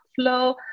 flow